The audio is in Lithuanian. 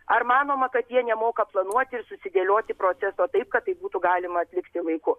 ar manoma kad jie nemoka planuoti ir susidėlioti proceso taip kad tai būtų galima atlikti laiku